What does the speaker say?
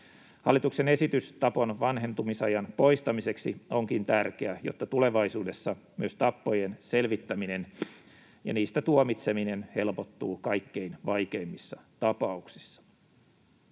Hallituksen esitys tapon vanhentumisajan poistamiseksi onkin tärkeä, jotta tulevaisuudessa myös tappojen selvittäminen ja niistä tuomitseminen helpottuvat kaikkein vaikeimmissa tapauksissa.